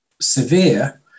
severe